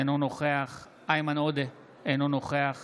אינו נוכח איימן עודה, אינו נוכח